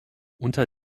unter